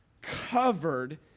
covered